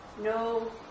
no